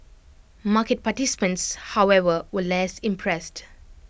market participants however were less impressed